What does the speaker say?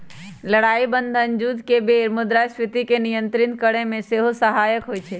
लड़ाइ बन्धन जुद्ध के बेर मुद्रास्फीति के नियंत्रित करेमे सेहो सहायक होइ छइ